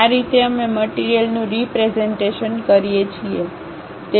આ રીતે અમે મટીરીયલનું રીપ્રેઝન્ટેશન કરીએ છીએ